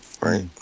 Right